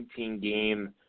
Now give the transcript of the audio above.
19-game